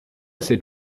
cette